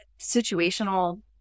situational